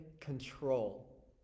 control